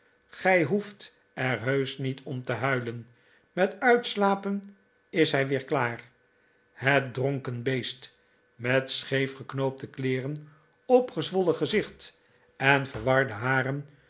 gij hoeft er heusch niet om te huilen met uitslapen is hij weer klaar het dronken beest met scheef geknoopte kleeren opgezwollen gezicht en verwarde haren